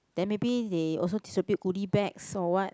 then maybe they also distribute goodies bag or what